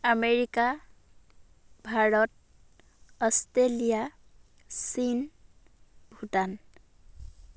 America Bharat Australia চীন ভূটান